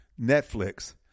Netflix